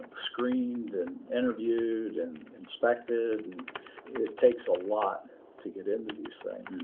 screened and interviewed and inspected, and it takes a lot to get into these things.